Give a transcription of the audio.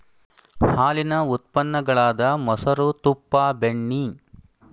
ಹಾಲೇನ ಉತ್ಪನ್ನ ಗಳಾದ ಮೊಸರು, ತುಪ್ಪಾ, ಬೆಣ್ಣಿ